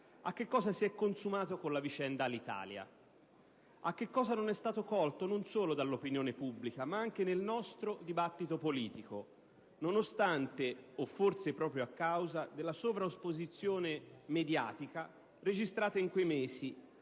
a che cosa si è consumato con la vicenda Alitalia; a che cosa non è stato colto, non solo dall'opinione pubblica, ma anche nel nostro dibattito politico, nonostante, o forse proprio a causa, della sovraesposizione mediatica registrata in quei mesi,